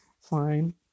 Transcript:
fine